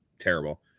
terrible